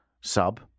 sub